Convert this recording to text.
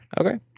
Okay